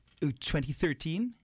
2013